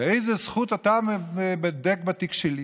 באיזו זכות אתה בודק בתיק שלי?